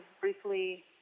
briefly